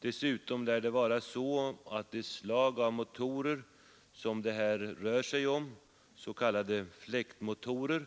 Dessutom lär det vara så att de motorer som det här rör sig om, s.k. fläktmotorer,